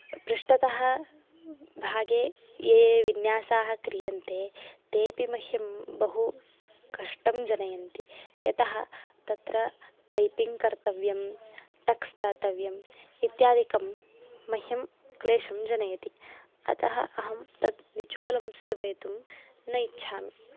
पृष्टतः भागे ये विन्यासाः क्रियन्ते ते अपि मह्यं बहु कष्टं जनयन्ति यतः तत्र पैपिङ्ग् कर्तव्यं टक्स् दातव्यम् इत्यादिकं मह्यं क्लेशं जनयति अतः अहं तद् निचोलं सीवयितुं न इच्छामि